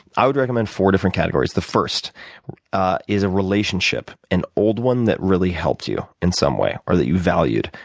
i would recommend four different categories. the first is a relationship, an old one that really helps you in some way or that you valued.